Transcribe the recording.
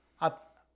up